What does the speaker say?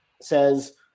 says